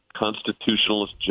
constitutionalist